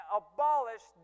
abolish